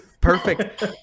Perfect